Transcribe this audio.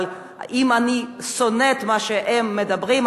אבל אם אני שונאת מה שהם מדברים,